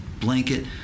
blanket